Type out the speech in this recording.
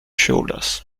shoulders